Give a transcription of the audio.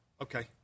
okay